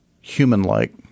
human-like